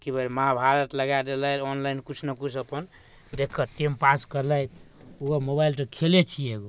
कि भेल महाभारत लगा देलथि ऑनलाइन किछु ने किछु अपन देखिके टाइमपास करलथि ओहो मोबाइल तऽ खेले छिए एगो